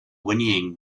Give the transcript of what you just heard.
whinnying